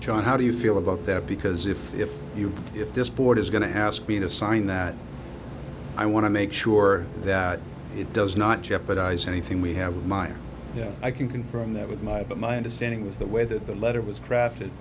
john how do you feel about that because if if you if this board is going to ask me to sign that i want to make sure that it does not jeopardize anything we have my you know i can confirm that with my but my understanding was the way that the letter was drafted